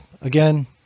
again